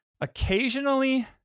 occasionally